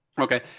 Okay